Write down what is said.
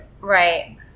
Right